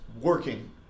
working